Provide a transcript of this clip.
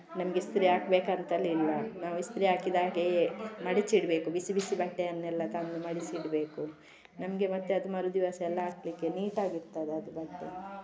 ನಮ್ಗೆ ಇಸ್ತ್ರಿ ಹಾಕ್ಬೇಕಂತಲಿಲ್ಲ ನಾವು ಇಸ್ತ್ರಿ ಹಾಕಿದಾಗೆಯೇ ಮಡಿಚಿಡಬೇಕು ಬಿಸಿ ಬಿಸಿ ಬಟ್ಟೆಯನ್ನೆಲ್ಲ ತಂದು ಮಡಿಸಿಡಬೇಕು ನಮಗೆ ಮತ್ತೆ ಅದು ಮರು ದಿವಸ ಎಲ್ಲ ಹಾಕ್ಲಿಕ್ಕೆ ನೀಟ್ ಆಗಿ ಇರ್ತದೆ ಅದು ಬಟ್ಟೆ